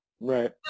Right